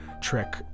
Trick